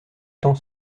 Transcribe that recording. temps